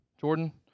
Jordan